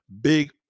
big